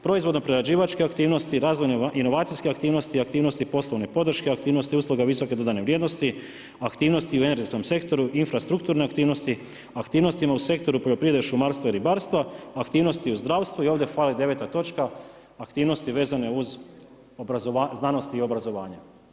Proizvodno-prerađivačke aktivnosti, razvojne inovacijske aktivnosti, aktivnosti poslovne podrške, aktivnosti usluga visoke dodane vrijednosti, aktivnosti u energetskom sektoru, infrastrukturne aktivnosti, aktivnostima u sektoru poljoprivrede, šumarstva i ribarstva, aktivnosti u zdravstvu i ovdje fali 9. točka, aktivnosti vezane uz znanost i obrazovanje.